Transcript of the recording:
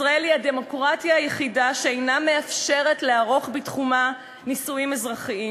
ישראל היא הדמוקרטיה היחידה שאינה מאפשרת לערוך בתחומה נישואים אזרחיים,